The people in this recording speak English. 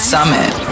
Summit